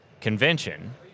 convention